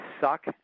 suck